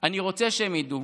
אני רוצה שהם ידעו